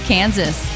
Kansas